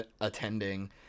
attending